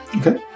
Okay